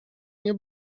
nie